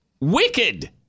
wicked